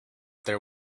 there